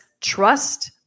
Trust